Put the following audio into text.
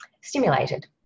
stimulated